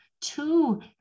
two